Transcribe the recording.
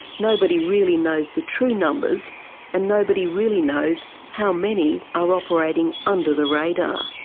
nobody really knows the true numbers and nobody really knows how many are operating under the radar.